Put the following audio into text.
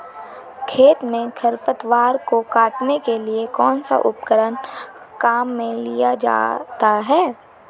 खेत में खरपतवार को काटने के लिए कौनसा उपकरण काम में लिया जाता है?